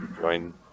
join